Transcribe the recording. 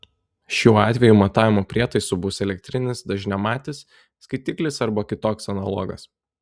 šiuo atveju matavimo prietaisu bus elektrinis dažniamatis skaitiklis arba kitoks analogas